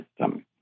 system